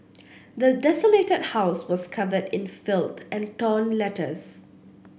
the desolated house was covered in filth and torn letters